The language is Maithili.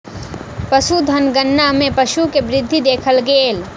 पशुधन गणना मे पशु के वृद्धि देखल गेल